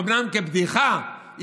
אומנם כבדיחה,